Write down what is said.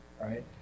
right